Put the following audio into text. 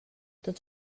tots